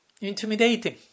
intimidating